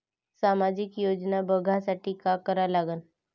सामाजिक योजना बघासाठी का करा लागन?